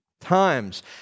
times